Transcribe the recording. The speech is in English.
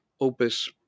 Opus